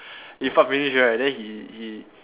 he fart finish right then he he